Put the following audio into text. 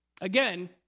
Again